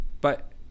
But